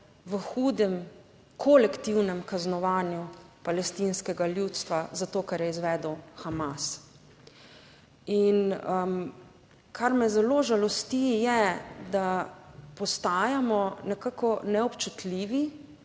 v hudem kolektivnem kaznovanju palestinskega ljudstva za to, kar je izvedel Hamas. Kar me zelo žalosti je, da postajamo nekako neobčutljivi